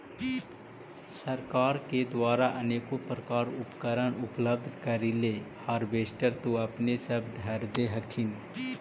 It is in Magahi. सरकार के द्वारा अनेको प्रकार उपकरण उपलब्ध करिले हारबेसटर तो अपने सब धरदे हखिन?